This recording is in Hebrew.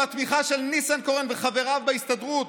והתמיכה של ניסנקורן וחבריו בהסתדרות,